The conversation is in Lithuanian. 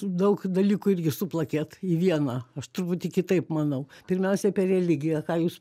daug dalykų irgi suplakėt į vieną aš truputį kitaip manau pirmiausia apie religiją ką jūs